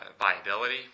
viability